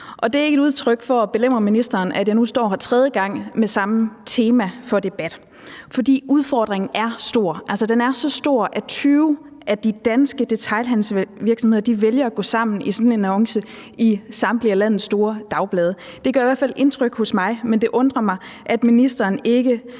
det er ikke for at belemre ministeren, at jeg nu står her tredje gang med samme tema for debatten, for udfordringen er stor. Den er så stor, at 20 danske detailhandelsvirksomheder vælger at gå sammen i sådan en annonce i samtlige af landets store dagblade. Det gør i hvert fald indtryk på mig, men det undrer mig, at ministeren ikke